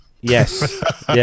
Yes